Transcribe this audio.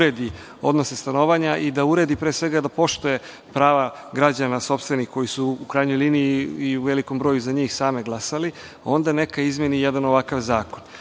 uredi odnose stanovanja i da uredi, pre svega, da poštuje prava građana sopstvenih, koji su u krajnjoj liniji i u velikom broju i za njih same glasali, onda neka izmeni jedan ovakav zakon.